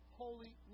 holy